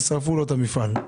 שרפו לו את המפעל.